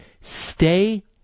stay